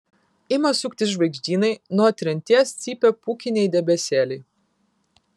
ima suktis žvaigždynai nuo trinties cypia pūkiniai debesėliai